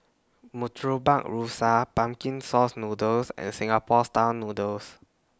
Murtabak Rusa Pumpkin Sauce Noodles and Singapore Style Noodles